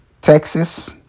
texas